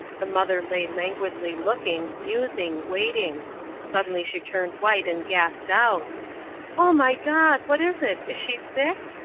the mother lay languidly looking, musing, waiting suddenly she turned white and gasped out oh, my god! what is it? is she sick?